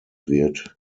wird